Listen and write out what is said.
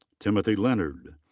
timothy leonard.